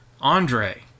Andre